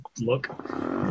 Look